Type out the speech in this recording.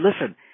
listen